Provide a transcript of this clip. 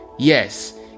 Yes